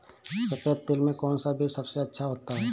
सफेद तिल में कौन सा बीज सबसे अच्छा होता है?